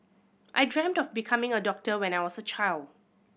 I dreamt of becoming a doctor when I was a child